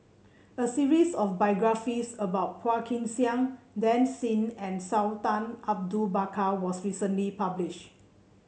a series of biographies about Phua Kin Siang Dan Ying and Sultan Abu Bakar was recently published